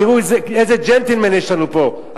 תראו איזה ג'נטלמן יש לנו פה,